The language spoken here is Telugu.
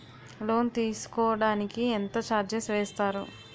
లోన్ తీసుకోడానికి ఎంత చార్జెస్ వేస్తారు?